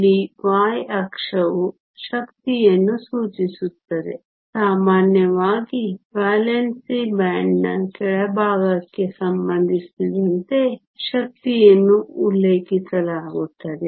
ಇಲ್ಲಿ y ಅಕ್ಷವು ಶಕ್ತಿಯನ್ನು ಸೂಚಿಸುತ್ತದೆ ಸಾಮಾನ್ಯವಾಗಿ ವೇಲೆನ್ಸಿ ಬ್ಯಾಂಡ್ನ ಕೆಳಭಾಗಕ್ಕೆ ಸಂಬಂಧಿಸಿದಂತೆ ಶಕ್ತಿಯನ್ನು ಉಲ್ಲೇಖಿಸಲಾಗುತ್ತದೆ